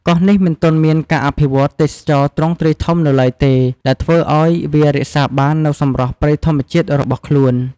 កោះនេះមិនទាន់មានការអភិវឌ្ឍន៍ទេសចរណ៍ទ្រង់ទ្រាយធំនៅឡើយទេ ដែលធ្វើឱ្យវារក្សាបាននូវសម្រស់ព្រៃធម្មជាតិរបស់ខ្លួន។